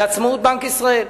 זה עצמאות בנק ישראל,